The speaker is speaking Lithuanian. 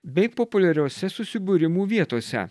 bei populiariose susibūrimų vietose